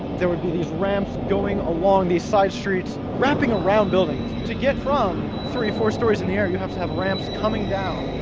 there would be these ramps going along the side streets wrapping around building to get from three, four stories in the air, you have to have ramps coming down.